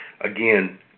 again